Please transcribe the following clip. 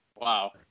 Wow